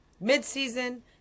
mid-season